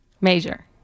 Major